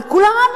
אבל כולם,